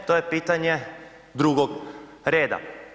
E, to je pitanje drugog reda.